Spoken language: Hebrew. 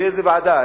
איזו ועדה,